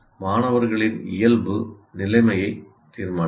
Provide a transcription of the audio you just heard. மாணவர்களின் இயல்பு நிலைமையை தீர்மானிக்கும்